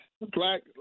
black